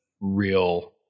real